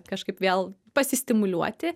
kažkaip vėl pasistimuliuoti